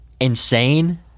insane